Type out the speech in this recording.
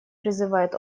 призывает